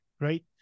right